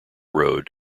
road